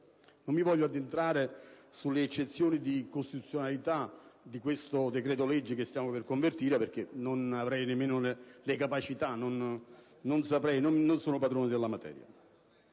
Non mi voglio addentrare nelle eccezioni di costituzionalità di questo decreto-legge che stiamo per convertire, perché non ne avrei nemmeno le capacità, non sono padrone della materia.